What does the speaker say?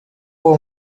uwo